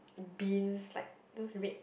beans like those red